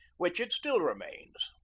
which it still re mains.